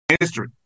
history